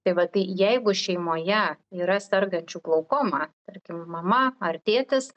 tai va tai jeigu šeimoje yra sergančių glaukoma tarkim mama ar tėtis